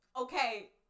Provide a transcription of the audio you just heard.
okay